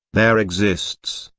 there exists,